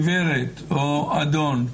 גברת או אדון,